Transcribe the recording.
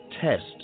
test